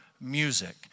music